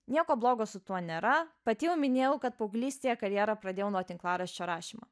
nieko blogo su tuo nėra pati jau minėjau kad paauglystėje karjerą pradėjau nuo tinklaraščio rašymo